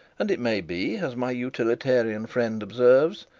and it may be, as my utilitarian friend observes,